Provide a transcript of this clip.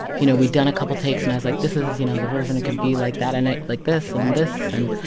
you know, we'd done a couple takes, and i was like, this is, you know, the version it could be like that, and like this and this. and,